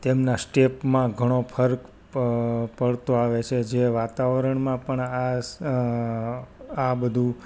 તેમના સ્ટેપમાં ઘણો ફર્ક પડતો આવે છે જે વાતાવરણમાં પણ આ આ બધું